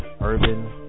Urban